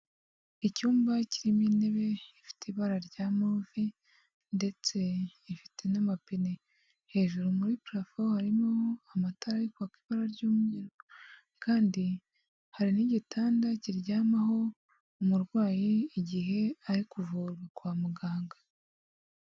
Icyumba kirimo intebe ifite ibara rya move ndetse ifite n'amapine, hejuru muri parafo harimo amatara arikwaka ibara ry'umweru kandi hari n'igitanda kiryamaho umurwayi igihe ari kuvurwa kwa muganga.